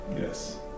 Yes